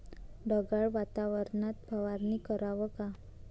ढगाळ वातावरनात फवारनी कराव का?